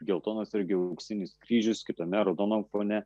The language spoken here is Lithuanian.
geltonas irgi auksinis kryžius kitame raudonam fone